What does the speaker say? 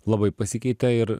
labai pasikeitė ir